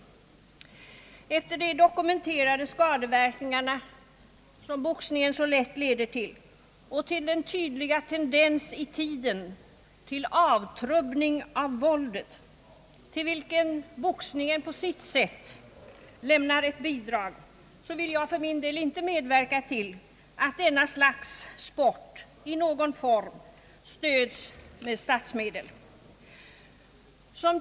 Med tanke på de dokumenterade skadeverkningar som boxningen så lätt leder till och den tydliga tendens i tiden till avtrubbning i människornas reaktion inför våldet, vartill boxningen lämnar ett bidrag, vill jag för min del inte medverka till att detta slags »sport» i någon form stöds med statsmedel.